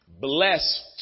blessed